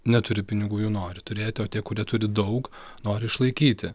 neturi pinigų jų nori turėti o tie kurie turi daug nori išlaikyti